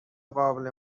قابل